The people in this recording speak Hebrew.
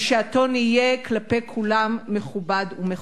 ושהטון יהיה כלפי כולם מכבד ומכובד.